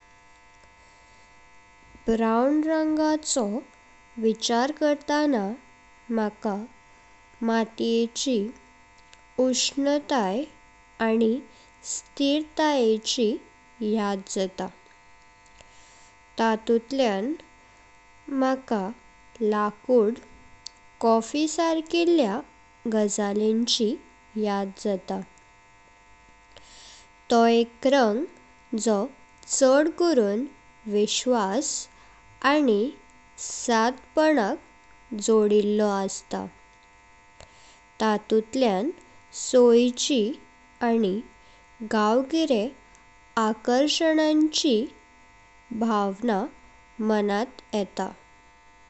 Brown रंगाचो विचार करताना म्हाका मात्येची, उष्णतेय आनी स्थिरतेयांचेंय याद जात। तातुंतल्या म्हाका लाकुड, कॉफी सर्किल्या गजलिची याद जात। तो एक रंग जो चड करुन विश्वास आनी साधापनाक जोडिल्लो अस्त। तातुंतल्या सोयीची आनी गानवागिरे आकर्षणाची भावना मनात येता।